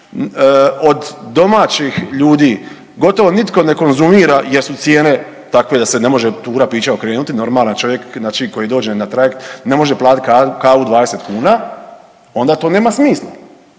od domaćih ljudi gotovo nitko ne konzumira jer su cijene takve da se ne može tura pića okrenuti, normalan čovjek znači koji dođe na trajekt ne može platiti kavu 20 kuna, onda to nema smisla.